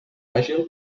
àgil